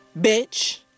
bitch